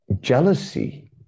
jealousy